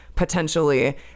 potentially